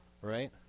right